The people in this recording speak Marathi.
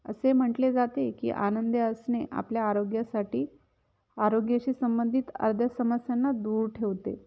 असे म्हटले जाते की आनंदी असणे आपल्या आरोग्यासाठी आरोग्याशी संबंधित अर्ध्या समस्यांना दूर ठेवते